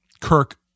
Kirk